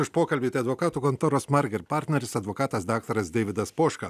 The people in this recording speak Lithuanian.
už pokalbį advokatų kontoros margir partneris advokatas daktaras deividas poška